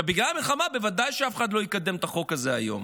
בגלל המלחמה בוודאי שאף אחד לא יקדם את החוק הזה היום.